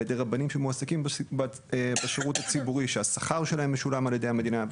ידי רבנים שמועסקים בשירות הציבורי ששכרם משולם על ידי המדינה,